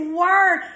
word